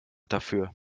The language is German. dafür